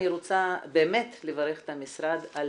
אני רוצה באמת לברך את המשרד על,